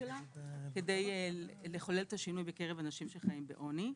שלה כדי לחולל את השינוי בקרב אנשים שחיים בעוני.